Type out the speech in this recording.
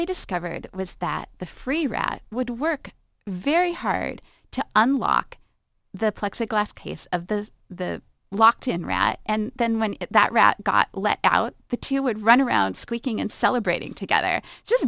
they discovered was that the free rat would work very hard to unlock the plexiglas case of the the locked in rat and then when that rat got let out the two would run around squeaking and celebrating together just